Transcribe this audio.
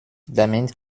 damit